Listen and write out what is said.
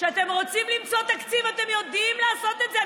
כשאתם רוצים למצוא תקציב, אתם יודעים לעשות את זה.